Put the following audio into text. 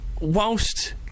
whilst